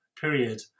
period